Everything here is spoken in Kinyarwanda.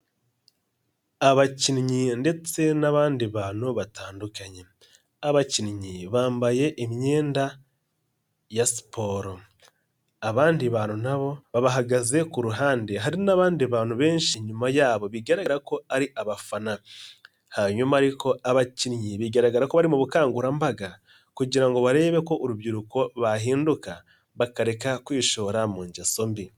Abakinnyi ndetse n'abandi bantu batandukanye, abakinnyi bambaye imyenda ya siporo, abandi bantu na bo bahagaze ku ruhande hari n'abandi bantu benshi nyuma yabo bigaragara ko ari abafana hanyuma ariko abakinnyi bigaragara ko bari mu bukangurambaga kugira ngo barebe ko urubyiruko bahinduka bakareka kwishora mu ngeso mbi.